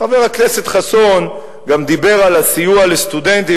חבר הכנסת חסון גם דיבר על הסיוע לסטודנטים.